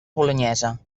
bolonyesa